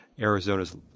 Arizona's